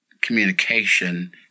communication